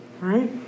Right